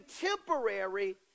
temporary